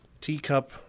teacup